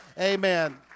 Amen